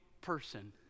person